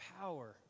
power